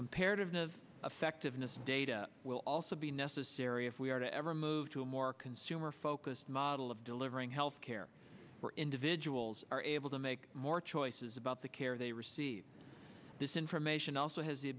comparative effectiveness data will also be necessary if we are to ever move to a more consumer focused model of delivering health care for individuals are able to make more choices about the care they receive this information also has the